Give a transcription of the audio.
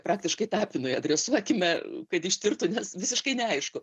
praktiškai tapinui adresuokime kad ištirtų nes visiškai neaišku